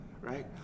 right